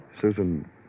Susan